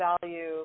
value